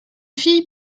fille